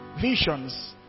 visions